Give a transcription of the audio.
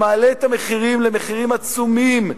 שמעלה את המחירים למחירים עצומים,